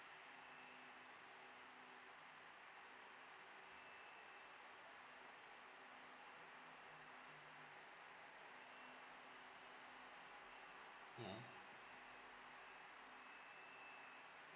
ya